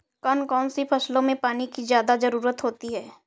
कौन कौन सी फसलों में पानी की ज्यादा ज़रुरत होती है?